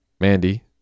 Mandy